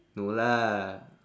no lah